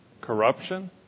corruption